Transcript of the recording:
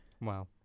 Wow